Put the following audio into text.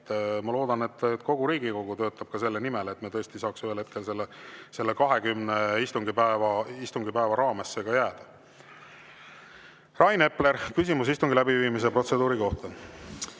Ma loodan, et kogu Riigikogu töötab selle nimel, et me saaks lõpuks selle 20 istungipäeva raamesse jääda. Rain Epler, küsimus istungi läbiviimise protseduuri kohta.